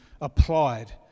applied